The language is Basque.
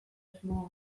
asmoa